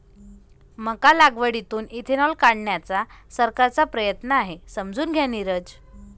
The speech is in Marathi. मका लागवडीतून इथेनॉल काढण्याचा सरकारचा प्रयत्न आहे, समजून घ्या नीरज